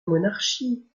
monarchie